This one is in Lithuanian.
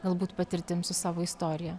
galbūt patirtim su savo istorija